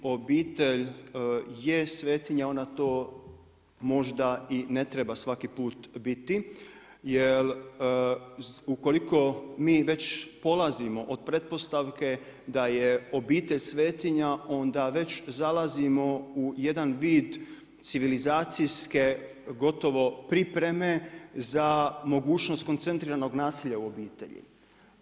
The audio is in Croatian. Obitelj je svetinja, ona možda to ne treba svaki put biti jel ukoliko mi već polazimo od pretpostavke da je obitelj svetinja onda već zalazimo u jedan vid civilizacijske gotovo pripreme za koncentriranog nasilja u obitelji.